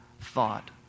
thought